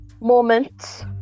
moment